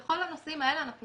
כל הנושאים האלה אנחנו